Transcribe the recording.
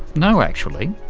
no actually.